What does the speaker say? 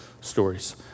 stories